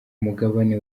umugabane